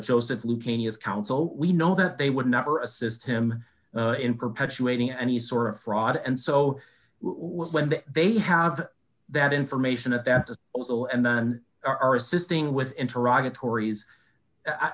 joseph leukemias counsel we know that they would never assist him in perpetuating any sort of fraud and so when the they have that information and that also and then are assisting with interactive tori's